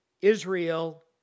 Israel